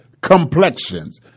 complexions